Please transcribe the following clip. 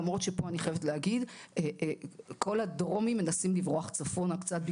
למרות שפה אני חייבת להגיד: כל הדרומיים מנסים לברוח צפונה קצת,